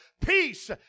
Peace